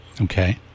okay